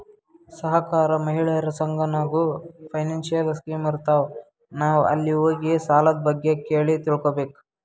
ಸಹಕಾರ, ಮಹಿಳೆಯರ ಸಂಘ ನಾಗ್ನೂ ಫೈನಾನ್ಸಿಯಲ್ ಸ್ಕೀಮ್ ಇರ್ತಾವ್, ನಾವ್ ಅಲ್ಲಿ ಹೋಗಿ ಸಾಲದ್ ಬಗ್ಗೆ ಕೇಳಿ ತಿಳ್ಕೋಬೇಕು